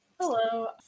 Hello